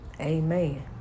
Amen